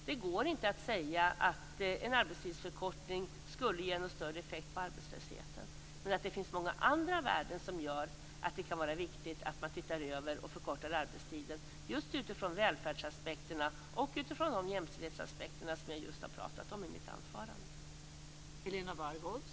Det går inte att säga att en arbetstidsförkortning ger någon större effekt vad gäller arbetslösheten. Däremot finns det många andra värden som gör att det kan vara riktigt att se över och förkorta arbetstiden, just från de välfärds och jämställdhetsaspekter som jag i mitt anförande nyss talade om.